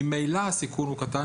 ממילא הסיכון הוא קטן,